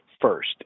first